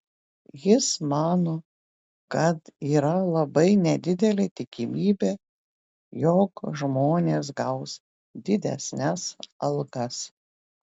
jis mano kad yra labai nedidelė tikimybė jog žmonės gaus didesnes algas